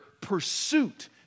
pursuit